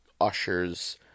ushers